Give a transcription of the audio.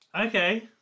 Okay